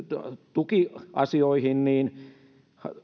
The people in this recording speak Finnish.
tukiasioihin niin